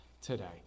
today